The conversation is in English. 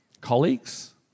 Colleagues